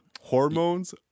Hormones